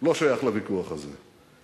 לא שייך לוויכוח הזה.